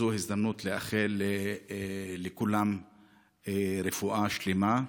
זו הזדמנות לאחל לכולם רפואה שלמה,